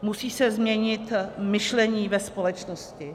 Musí se změnit myšlení ve společnosti.